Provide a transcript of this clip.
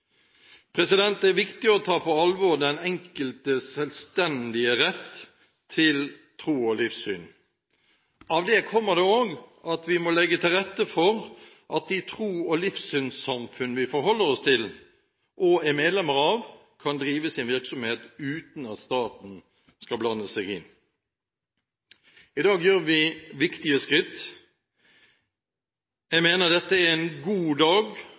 Det er viktig å ta på alvor den enkeltes selvstendige rett til tro og livssyn. Av det kommer det også at vi må legge til rette for at de tros- og livssynssamfunn vi forholder oss til, og er medlemmer av, kan drive sin virksomhet uten at staten skal blande seg inn. I dag tar vi viktige skritt. Jeg mener dette er en god dag